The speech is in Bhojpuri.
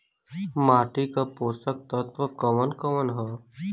माटी क पोषक तत्व कवन कवन ह?